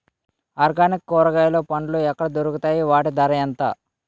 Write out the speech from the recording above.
Organic కూరగాయలు పండ్లు ఎక్కడ దొరుకుతాయి? వాటి ధర ఎంత?